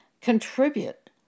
contribute